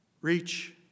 reach